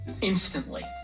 instantly